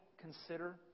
consider